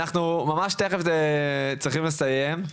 אנחנו ממש תכף צריכים לסיים,